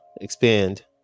expand